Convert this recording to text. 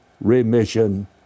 remission